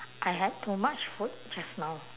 I had too much food just now